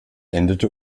endete